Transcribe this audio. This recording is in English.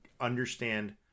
understand